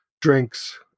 drinks